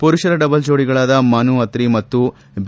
ಪುರುಷರ ಡಬಲ್ಸ್ ಜೋಡಿಗಳಾದ ಮನು ಅತ್ರಿ ಮತ್ತು ಬಿ